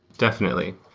definitely.